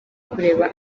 kureba